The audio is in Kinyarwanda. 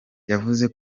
yavuze